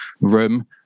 Room